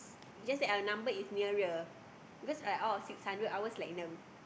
just that our number is nearer because I out of six hundred ours in the